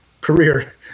career